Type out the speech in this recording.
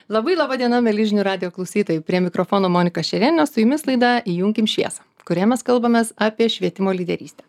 labai laba diena mieli žinių radijo klausytojai prie mikrofono monika šerėnienė su jumis laida įjunkim šviesą kurioje mes kalbamės apie švietimo lyderystę